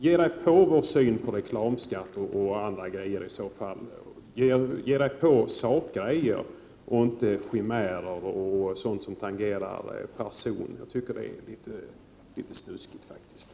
Ge er på vår syn på reklamskatt och annat, ge er på ståndpunkter i sak och inte chimärer och sådant som tangerar person! Jag tycker faktiskt att det var litet snuskigt.